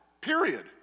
period